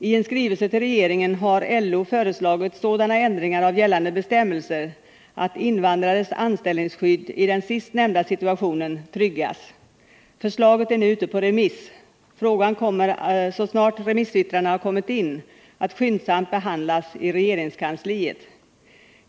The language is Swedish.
I en skrivelse till regeringen har LO föreslagit sådana ändringar av gällande bestämmelser, att invandrares anställningsskydd i den sist nämnda situationen tryggas. Förslaget är nu ute på remiss. Frågan kommer så snart remissyttrandena har kommit in att skyndsamt behandlas i regeringskansliet.